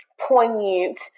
poignant